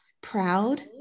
proud